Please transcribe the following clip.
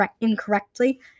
incorrectly